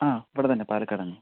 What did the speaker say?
ആ ഇവിടെത്തന്നെ പാലക്കാട് തന്നെ